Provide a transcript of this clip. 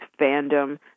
fandom